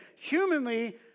humanly